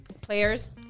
players